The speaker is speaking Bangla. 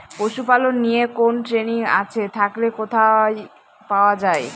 পশুপালন নিয়ে কোন ট্রেনিং আছে থাকলে কোথায় পাওয়া য়ায়?